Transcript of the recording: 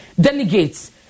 delegates